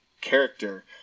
character